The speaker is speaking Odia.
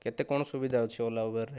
କେତେ କଣ ସୁବିଧା ଅଛି ଓଲା ଉବରରେ